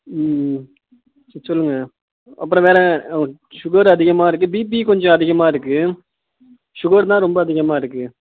ம் ம் சொல்லுங்கள் அப்புறம் வேறு சுகர் அதிகமாக இருக்குது பீபி கொஞ்சம் அதிகமாக இருக்குது சுகர் தான் ரொம்ப அதிகமாக இருக்குது